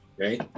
Okay